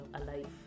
alive